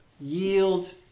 yields